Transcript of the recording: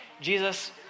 Jesus